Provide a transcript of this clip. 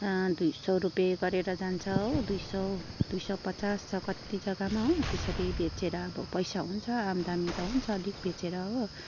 दुई सौ रुपियाँ गरेर जान्छ हो दुई सौ दुई सौ पचास छ कति जग्गामा हो त्यसरी बेचेर अब पैसा हुन्छ आम्दानी त हुन्छ अलिक बेचेर हो